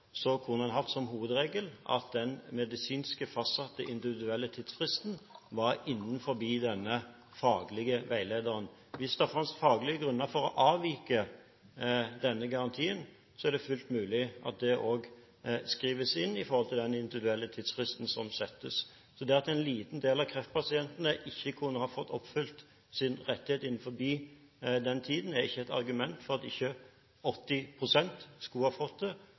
kunne en hatt som hovedregel at den individuelt medisinsk fastsatte tidsfristen var innenfor denne faglige veilederen. Hvis det fantes faglige grunner for å avvike denne garantien, er det fullt mulig at det skrives inn med tanke på den individuelle tidsfristen som settes. Så det at en liten del av kreftpasientene ikke kan få oppfylt sin rettighet innenfor den tiden, er ikke et argument for at ikke 80 pst. skal få det